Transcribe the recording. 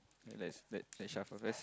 let's let let's shuffle first